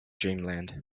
dreamland